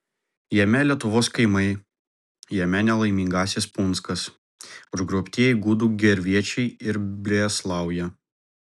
jame lietuvos kaimai jame nelaimingasis punskas užgrobtieji gudų gervėčiai ir breslauja